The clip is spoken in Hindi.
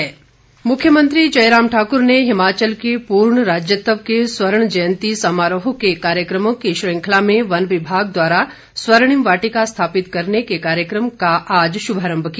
जयराम ठाकुर मुख्यमंत्री जयराम ठाकुर ने हिमाचल के पूर्ण राज्यत्व के स्वर्ण जयंती समारोह के कार्यक्रमों की श्रृंखला में वन विभाग द्वारा स्वर्णिम वाटिका स्थापित करने के कार्यकम का शुभारंभ किया